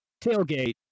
tailgate